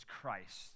Christ